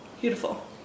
beautiful